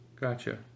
Gotcha